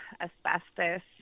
asbestos